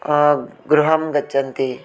गृहं गच्छन्ति